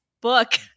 book